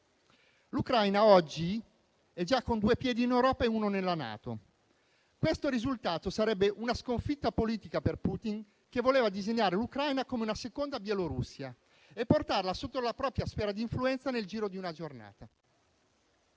L'Ucraina oggi è già con due piedi in Europa e uno nella NATO. Questo risultato sarebbe una sconfitta politica per Putin, che voleva disegnare l'Ucraina come una seconda Bielorussia e portarla sotto la propria sfera di influenza nel giro di una giornata.